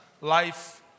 life